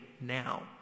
now